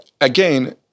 again